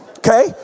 okay